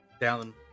down